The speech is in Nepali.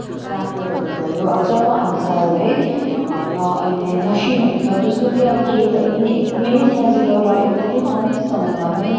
ट्रयाक्टरहरू भयो अब जग्गाअनुसार है र अहिले मसिनहरू छ जसले चाहिँ अब खेतहरू पनि एकदमै सजिलो र एकदमै कम्ती समयमा पनि